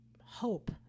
hope